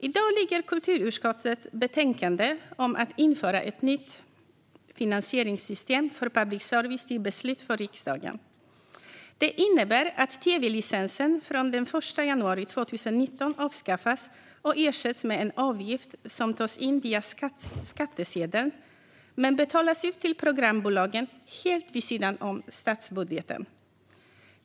I dag ligger kulturutskottets betänkande om att införa ett nytt finansieringssystem för public service till beslut för riksdagen. Det innebär att tv-licensen från den 1 januari 2019 avskaffas och ersätts med en avgift som tas in via skattsedeln men betalas ut till programbolagen helt vid sidan av statsbudgeten.